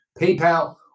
PayPal